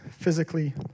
physically